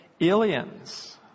aliens